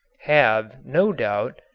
have, no doubt,